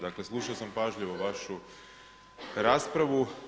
Dakle, slušao sam pažljivo vašu raspravu.